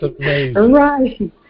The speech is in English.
Right